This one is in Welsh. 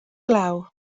glaw